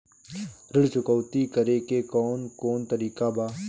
ऋण चुकौती करेके कौन कोन तरीका बा?